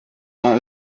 war